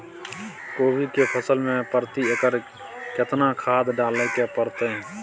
कोबी के फसल मे प्रति एकर केतना खाद डालय के परतय?